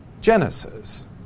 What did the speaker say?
Genesis